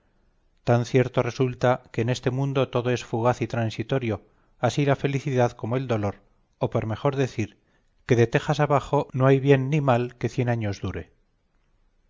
tan cierto resulta que en este mundo todo es fugaz y transitorio así la felicidad como el dolor o por mejor decir que de tejas abajo no hay bien ni mal que cien años dure